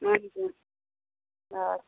ادکیاہ آچھا